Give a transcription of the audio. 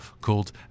called